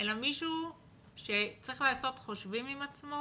אלא מישהו שצריך לעשות חושבים עם עצמו